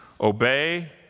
Obey